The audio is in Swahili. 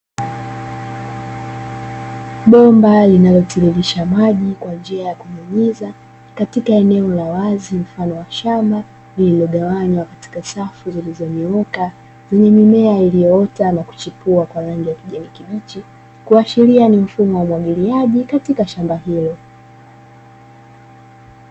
Bomba linalotiririsha maji kwa njia ya kunyunyiza katika eneo la wazi mfano shamba lililogawanywa katika safu zilizonyooka zenye mimea iliyoota na kuchipua kwa rangi ya kijani kibichi, kuashiria ni mfumo wa umwagiliaji katika shamba hilo.